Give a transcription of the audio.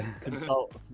Consult